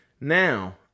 Now